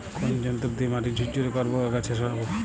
কোন যন্ত্র দিয়ে মাটি ঝুরঝুরে করব ও আগাছা সরাবো?